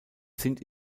sind